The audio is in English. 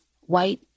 white